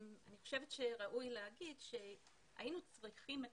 אני חושבת שראוי לומר שהיינו צריכים את